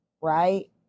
right